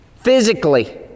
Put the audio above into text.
physically